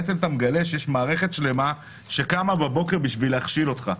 אתה מגלה שיש מערכת שלמה שקמה בבוקר בשביל להכשיל אותך,